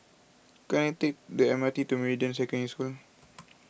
can I take the M R T to Meridian Secondary School